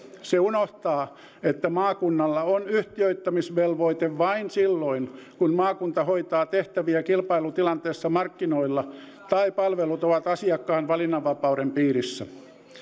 se unohtaa että maakunnalla on yhtiöittämisvelvoite vain silloin kun maakunta hoitaa tehtäviä kilpailutilanteessa markkinoilla tai palvelut ovat asiakkaan valinnanvapauden piirissä